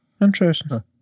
interesting